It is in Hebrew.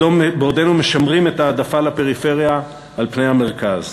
בעודנו משמרים את ההעדפה לפריפריה על פני המרכז.